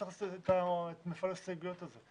למה צריך לעשות את מפעל ההסתייגויות הזה?